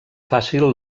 fàcil